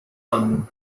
album